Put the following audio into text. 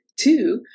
Two